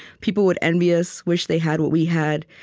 people would envy us, wish they had what we had,